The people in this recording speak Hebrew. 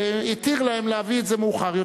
התיר להם להביא את זה מאוחר יותר.